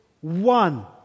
one